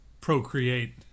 procreate